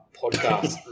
podcast